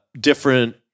different